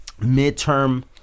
midterm